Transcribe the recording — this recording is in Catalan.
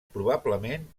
probablement